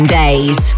days